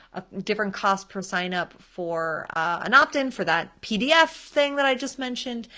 ah different costs per sign-up for an opt-in for that pdf thing that i just mentioned,